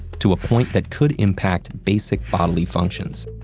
to a point that could impact basic bodily functions.